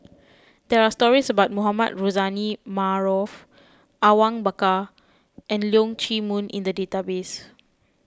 there are stories about Mohamed Rozani Maarof Awang Bakar and Leong Chee Mun in the database